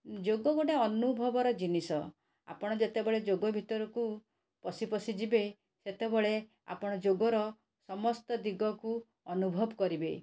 ଯୋଗ ଗୋଟେ ଅନୁଭବର ଜିନିଷ ଆପଣ ଯେତେବେଳେ ଯୋଗ ଭିତରକୁ ପଶି ପଶି ଯିବେ ସେତେବେଳେ ଆପଣ ଯୋଗର ସମସ୍ତ ଦିଗକୁ ଅନୁଭବ କରିବେ